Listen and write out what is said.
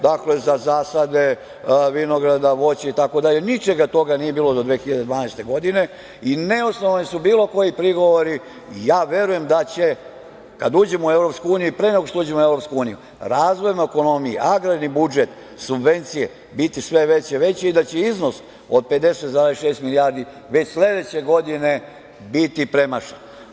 Dakle, za zasade vinograda, voće itd, ničega toga nije bilo do 2012. godine i neosnovani su bilo koji prigovori i verujem da će kada uđemo u Evropsku uniju i pre nego što uđemo u Evropsku uniju razvojem ekonomije agrarni budžet subvencije biti sve veće i veće i da će iznos od 50,6 milijardi već sledeće godine biti premašen.